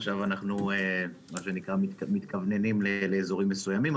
עכשיו אנחנו באזורים מסוימים,